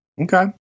Okay